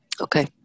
okay